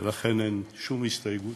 ולכן אין שום הסתייגות.